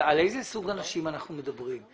על איזה סוג אנשים אנחנו מדברים?